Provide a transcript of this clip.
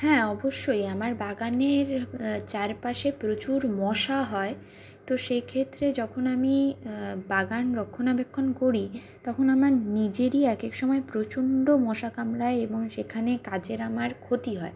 হ্যাঁ অবশ্যই আমার বাগানের চারপাশে প্রচুর মশা হয় তো সেক্ষেত্রে যখন আমি বাগান রক্ষণাবেক্ষণ করি তখন আমার নিজেরই এক এক সময় প্রচণ্ড মশা কামড়ায় এবং সেখানে কাজের আমার ক্ষতি হয়